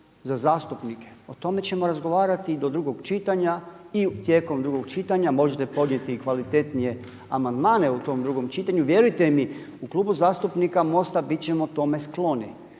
za zastupnike o tome ćemo razgovarati i do drugog čitanja i tijekom drugog čitanja možete podnijeti i kvalitetnije amandmane u tom drugom čitanju. Vjerujte mi u Klubu zastupnika MOST-a bit ćemo tome skloni.